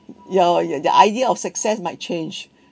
your your idea of success might change